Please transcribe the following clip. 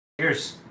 Cheers